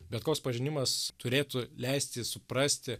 bet koks pažinimas turėtų leisti suprasti